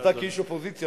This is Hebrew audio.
ואתה כאיש אופוזיציה,